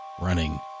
Running